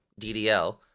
DDL